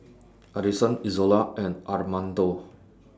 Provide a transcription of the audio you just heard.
Addison Izola and Armando